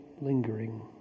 lingering